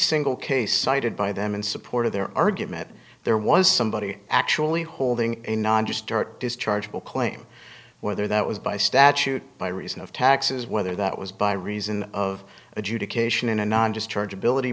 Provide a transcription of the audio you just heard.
single case cited by them in support of their argument there was somebody actually holding a non just start dischargeable claim whether that was by statute by reason of taxes whether that was by reason of adjudication in a non just charge ability